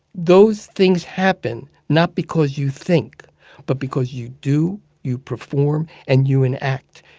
those things happen not because you think but because you do, you perform, and you enact.